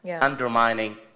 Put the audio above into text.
undermining